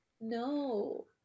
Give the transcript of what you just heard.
No